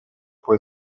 può